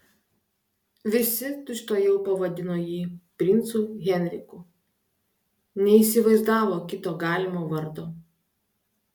visi tučtuojau pavadino jį princu henriku neįsivaizdavo kito galimo vardo